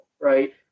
Right